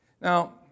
Now